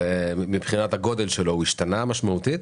מבחינת הגודל שלו הוא השתנה משמעותית?